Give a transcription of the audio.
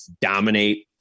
dominate –